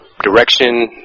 Direction